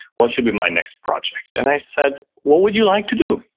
what should be my next project? and i said, what would you like to do?